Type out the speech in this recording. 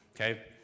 Okay